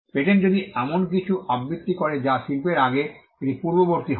patent যদি এমন কিছু আবৃত করে যা শিল্পের আগে এটি পূর্ববর্তী হয়